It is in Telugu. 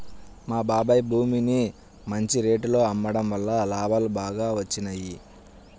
మా బాబాయ్ భూమిని మంచి రేటులో అమ్మడం వల్ల లాభాలు బాగా వచ్చినియ్యి